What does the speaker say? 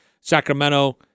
Sacramento